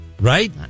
Right